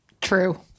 True